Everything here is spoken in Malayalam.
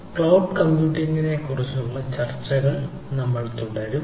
ക്ലൌഡ് കമ്പ്യൂട്ടിംഗിനെക്കുറിച്ചുള്ള ചർച്ച നമ്മൾ തുടരും